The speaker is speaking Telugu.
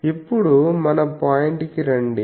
ఇప్పుడు మన పాయింట్కి రండి